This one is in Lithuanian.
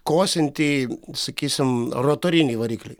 kosintį sakysim rotorinį variklį